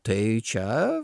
tai čia